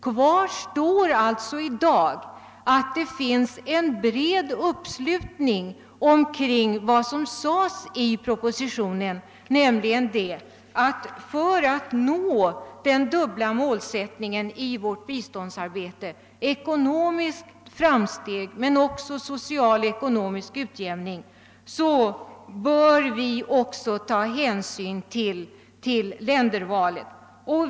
Kvar står i dag att det förekommer en bred uppslutning kring vad som sades i propositionen, nämligen att vi för att nå den dubbla målsättningen i vårt biståndsarbete — ekonomiska framsteg samt social och ekonomisk utjämning — också bör ta hänsyn till ländervalet.